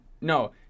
no